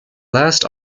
last